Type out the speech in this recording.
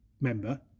member